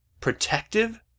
protective